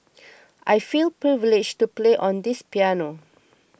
I feel privileged to play on this piano